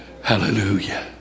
Hallelujah